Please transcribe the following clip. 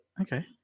okay